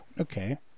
Okay